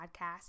podcast